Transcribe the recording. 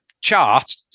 chart